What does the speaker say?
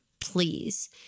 Please